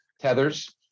tethers